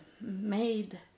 made